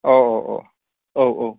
औ औ औ औ औ